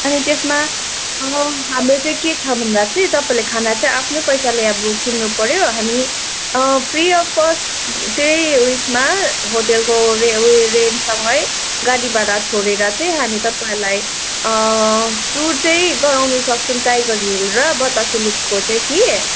अनि त्यसमा अब हाम्रो चाहिँ के छ भन्दा चाहिँ तपाईँले खाना चाहिँ आफ्नै पैसाले अब किन्नु पऱ्यो हामी फ्री अफ कस्ट त्यही उयसमा होटेलको रे उयो रेन्टसँगै गाडी भाडा छोडेर चाहिँ हामी तपाईँलाई टुर चाहिँ गराउनु सक्छौँ टाइगर हिल र बतासे लुपको चाहिँ कि